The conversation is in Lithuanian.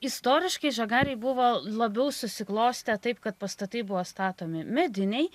istoriškai žagarėj buvo labiau susiklostę taip kad pastatai buvo statomi mediniai